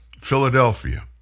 Philadelphia